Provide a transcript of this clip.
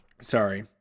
Sorry